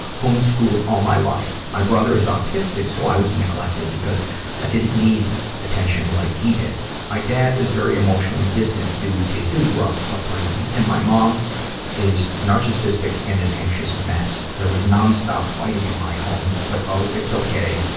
homeschooled all my life. my brother's autistic, so i as neglected because i didn't need attention like he did. my dad is very emotionally distant due to his rough upbringing. and my mom is narcissistic and an anxious mess. there was nonstop fighting in my home, but oh, it's okay,